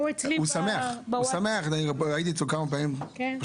הייתי אצלו כמה פעמים, הוא שמח.